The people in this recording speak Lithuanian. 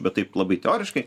bet taip labai teoriškai